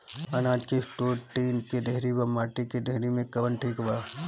अनाज के store tin के डेहरी व माटी के डेहरी मे कवन ठीक बा?